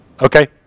Okay